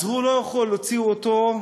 אז הוא לא יכול להוציא אותו,